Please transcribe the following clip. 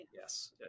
yes